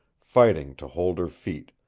fighting to hold her feet,